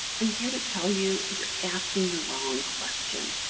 i'm here to tell you that you're asking the wrong question.